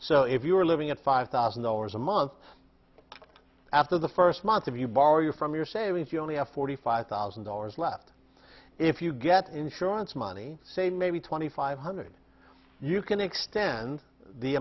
so if you're living at five thousand dollars a month after the first month of you borrow you from your savings you only have forty five thousand dollars left if you get insurance money say maybe twenty five hundred you can extend the